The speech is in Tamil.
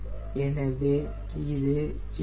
எனவே இது 0